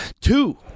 Two